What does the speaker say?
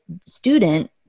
student